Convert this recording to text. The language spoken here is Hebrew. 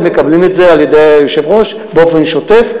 הם מקבלים את זה על-ידי היושב-ראש באופן שוטף.